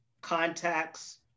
contacts